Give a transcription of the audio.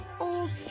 Old